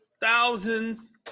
thousands